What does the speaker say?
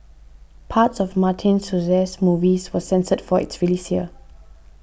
parts of Martin Scorsese's movie was censored for its release here